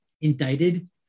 indicted